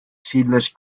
seedless